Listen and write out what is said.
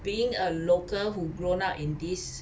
being a local who grown up in this